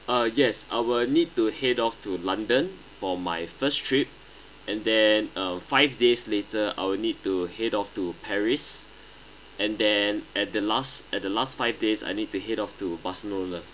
uh yes I'll need to head off to london for my first trip and then uh five days later I'll need to head off to paris and then at the last at the last five days I need to head off to barcelona